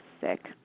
sick